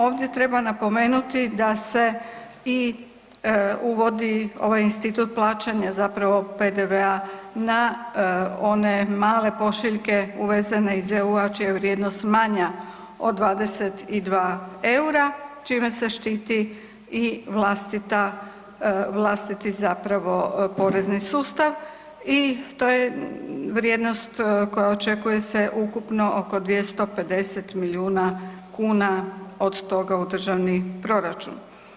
Ovdje treba napomenuti da se i uvodi ovaj institut plaćanja zapravo PDV-a na one male pošiljke uveze iz EU-a čija je vrijednost manja od 22 eura, čime se štiti i vlastita, vlastiti zapravo porezni sustav i to je vrijednost koja, očekuje se ukupno oko 250 milijuna kuna od toga u državni proračun.